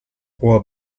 può